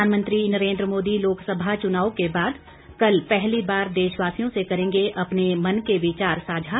प्रधानमंत्री नरेंद्र मोदी लोकसभा चुनाव के बाद कल पहली बार देशवासियों से करेंगे अपने मन के विचार सांझा